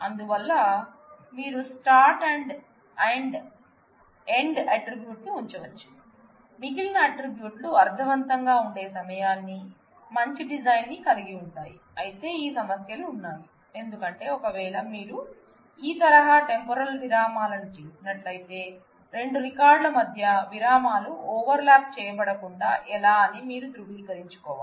అందువల్ల మీరు start and end attribute ని ఉంచవచ్చు మిగిలిన ఆట్రిబ్యూట్లు అర్ధవంతంగా ఉండే సమయాన్ని మంచి డిజైన్ ని కలిగి ఉంటాయి అయితే ఈ సమస్యలున్నాయి ఎందుకంటే ఒకవేళ మీరు ఈ తరహా టెంపోరల్ విరామాలను చేసినట్లయితే 2 రికార్డ్ ల మధ్య విరామాలు ఓవర్ లాప్ చేయబడకుండా ఎలా అని మీరు ధృవీకరించుకోవాలి